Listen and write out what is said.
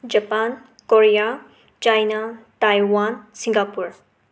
Japan Korea China Taiwan Singapore